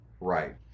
Right